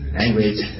language